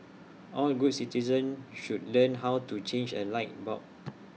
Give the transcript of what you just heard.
all good citizens should learn how to change A light bulb